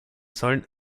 sollen